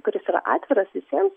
kuris yra atviras visiems